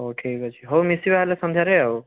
ହଉ ଠିକ୍ ଅଛି ହଉ ମିଶିବା ହେଲେ ସନ୍ଧ୍ୟାରେ ଆଉ